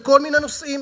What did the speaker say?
בכל מיני נושאים.